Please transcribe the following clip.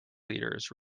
leaders